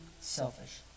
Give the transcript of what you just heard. selfish